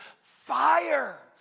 fire